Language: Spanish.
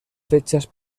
fechas